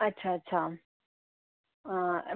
अच्छा अच्छा